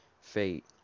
fate